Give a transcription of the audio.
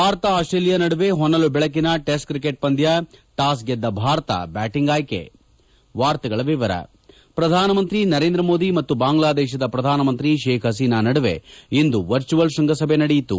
Bharat Australia ನಡುವೆ ಹೊನಲು ಬೆಳಕಿನ ಟೆಸ್ಟ್ ಕ್ರಿಕೆಟ್ ಪಂದ್ವ ಟಾಸ್ ಗೆದ್ದ ಭಾರತ ಬ್ಯಾಟಿಂಗ್ ಆಯ್ಸೆ ಪ್ರಧಾನಮಂತ್ರಿ ನರೇಂದ್ರ ಮೋದಿ ಮತ್ತು ಬಾಂಗ್ಲಾದೇಶದ ಪ್ರಧಾನಮಂತ್ರಿ ಶೇಕ್ ಹಸೀನಾ ನಡುವೆ ಇಂದು ವರ್ಚುವಲ್ ಶ್ವಂಗಸಭೆ ನಡೆಯಿತು